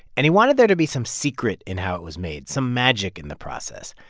and he wanted there to be some secret in how it was made, some magic in the process.